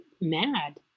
mad